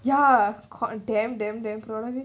ya condemn them temporarily